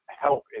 help